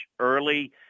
early